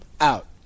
out